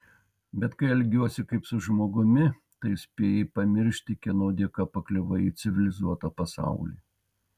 bet kai elgiuosi kaip su žmogumi tai spėjai pamiršti kieno dėka pakliuvai į civilizuotą pasaulį